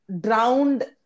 drowned